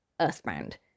Earthbound